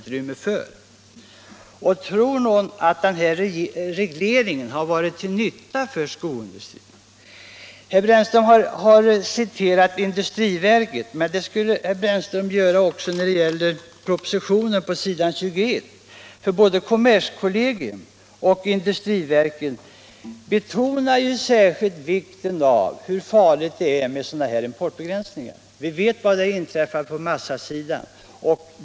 Tror någon att denna reglering har varit till nytta för skoindustrin? Herr Brännström har citerat industriverket, men han borde också ha citerat ur propositionen på s. 21, där både kommerskollegium och industriverket särskilt betonar hur farligt det är med sådana här importbegränsningar. Vi vet vad som inträffat på massasidan.